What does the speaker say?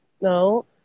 no